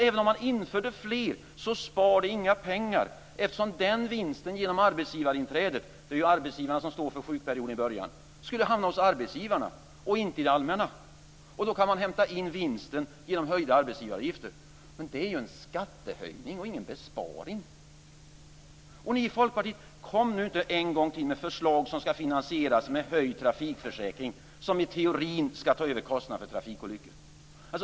Även om man införde fler karensdagar skulle det inte spara några pengar, eftersom den vinsten genom arbetsgivarinträdet - det är ju arbetsgivaren som står för sjukperioden i början - skulle hamna hos arbetsgivarna och inte hos det allmänna. Då kan vinsten hämtas in genom höjda arbetsgivaravgifter, men det är ju en skattehöjning och ingen besparing. Ni i Folkpartiet: Kom nu inte en gång till med förslag som ska finansieras med höjd trafikförsäkring som i teorin ska ta över kostnaderna för trafikolyckor.